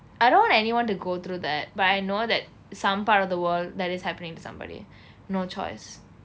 I don't want anyone to go through that but I know that some part of the world that is happening to somebody no choice